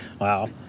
wow